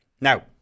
Now